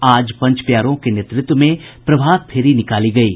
आज पंज प्यारों के नेतृत्व में प्रभात फेरी निकाली गयी